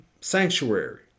sanctuary